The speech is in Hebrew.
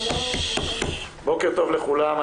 בוקר טוב לכולם.